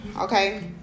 okay